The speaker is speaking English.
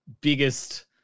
biggest